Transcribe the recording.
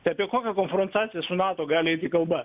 tai apie kokią konfrontaciją su nato gali eiti kalba